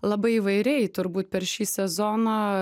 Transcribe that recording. labai įvairiai turbūt per šį sezoną